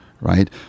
right